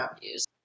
views